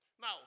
Now